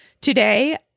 today